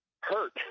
hurt